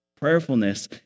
Prayerfulness